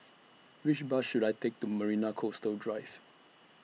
Which Bus should I Take to Marina Coastal Drive